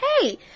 hey